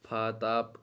پھاتہٕ آپہٕ